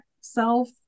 self